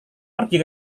pergi